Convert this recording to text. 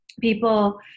people